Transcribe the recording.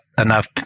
enough